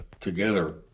together